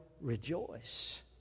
rejoice